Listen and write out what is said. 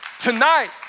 tonight